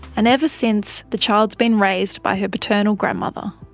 and ever since the child has been raised by her paternal grandmother.